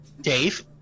Dave